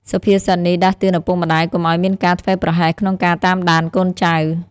សុភាសិតនេះដាស់តឿនឪពុកម្ដាយកុំឱ្យមានការធ្វេសប្រហែសក្នុងការតាមដានកូនចៅ។